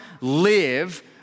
live